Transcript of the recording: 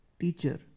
teacher